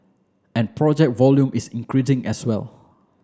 and project volume is increasing as well